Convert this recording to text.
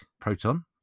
proton